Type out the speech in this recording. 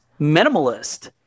minimalist